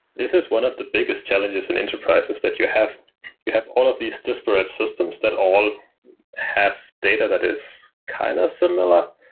this is one of the biggest challenges in enterprises, that you have you have all of these disparate systems that all have data that is kind of similar,